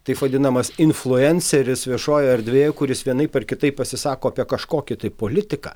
taip vadinamas influenceris viešojoje erdvėje kuris vienaip ar kitaip pasisako apie kažkokį tai politiką